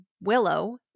willow